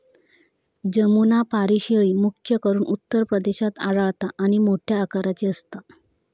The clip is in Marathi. जमुनापारी शेळी, मुख्य करून उत्तर प्रदेशात आढळता आणि मोठ्या आकाराची असता